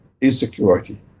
insecurity